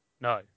no